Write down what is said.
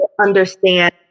understand